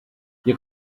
you